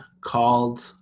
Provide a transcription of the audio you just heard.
called